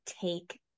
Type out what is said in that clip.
take